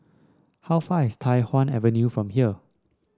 how far is Tai Hwan Avenue from here